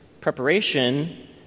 preparation